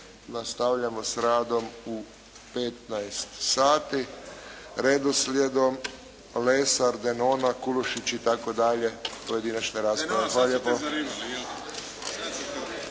Nastavljamo s radom u 15,00 sati redoslijedom Lesar, Denona, Kulušić itd. pojedinačna rasprava. Hvala